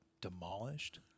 demolished